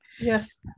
Yes